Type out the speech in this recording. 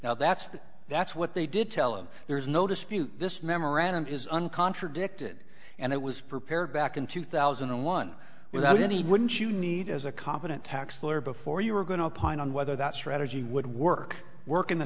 now that's the that's what they did tell him there's no dispute this memorandum is contradicted and it was prepared back in two thousand and one without any wouldn't you need as a competent tax lawyer before you were going to opine on whether that strategy would work work in the